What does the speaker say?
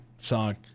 song